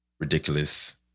Ridiculous